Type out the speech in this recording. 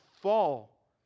fall